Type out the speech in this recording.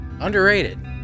underrated